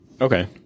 Okay